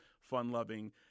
fun-loving